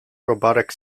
robotic